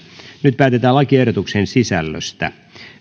nyt päätetään lakiehdotusten sisällöstä